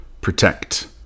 Protect